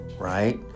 Right